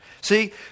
See